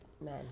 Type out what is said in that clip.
men